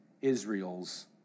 Israel's